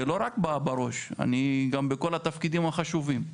לא רק בראש, גם בכל התפקידים החשובים.